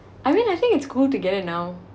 I mean I think it's good to get it now